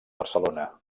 barcelona